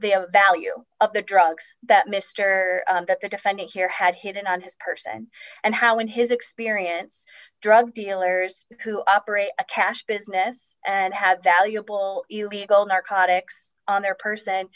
the value of the drugs that mr that the defendant here had hit on his person and how in his experience drug dealers who operate a cash business and had valuable illegal narcotics on their person